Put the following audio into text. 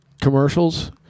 commercials